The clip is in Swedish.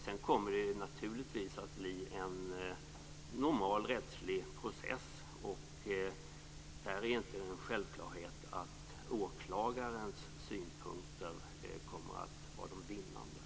Sedan kommer det naturligtvis att bli en normal rättslig process, och där är det inte en självklarhet att åklagarens synpunkter kommer att vara de vinnande.